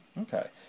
Okay